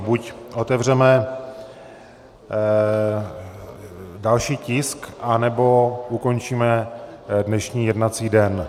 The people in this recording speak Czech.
Buď otevřeme další tisk, anebo ukončíme dnešní jednací den.